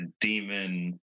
demon